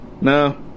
No